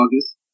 August